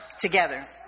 Together